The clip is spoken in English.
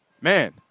man